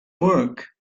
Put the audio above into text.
work